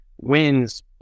wins